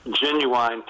genuine